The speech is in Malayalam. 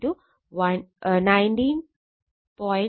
43o 120o 19